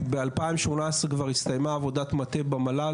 ב-2018 כבר הסתיימה עבודת מטה במל"ל,